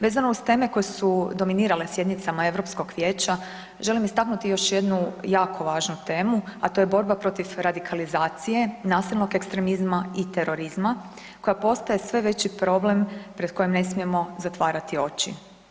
Vezano uz teme koje su dominirale sjednica Europskog vijeća želim istaknuti još jednu jako važnu temu, a to je borba protiv radikalizacije, nasilnog ekstremizma i terorizma koja postaje sve veći problem pred kojim ne smijemo zatvarati oči.